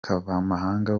kavamahanga